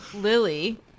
lily